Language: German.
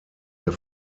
der